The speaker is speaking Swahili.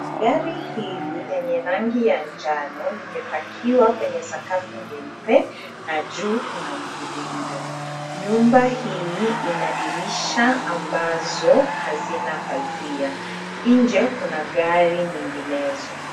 Gari hili lenye rangi ya njano limepakiwa kwenye sakafu nyeupe na juu kuna mviringo. Nyumba hii ina dirisha ambazo hazina pazia. Nje kuna gari nyinginezo.